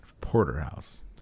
Porterhouse